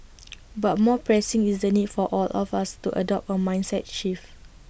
but more pressing is the need for all of us to adopt A mindset shift